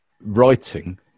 writing